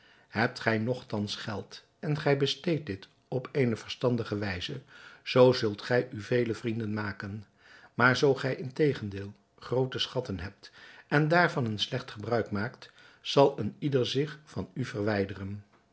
hebt gij nogtans geld en gij besteedt dit op eene verstandige wijze zoo zult gij u vele vrienden maken maar zoo gij integendeel groote schatten hebt en daarvan een slecht gebruik maakt zal een ieder zich van u verwijderen